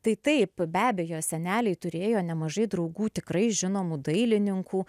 tai taip be abejo seneliai turėjo nemažai draugų tikrai žinomų dailininkų